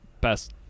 best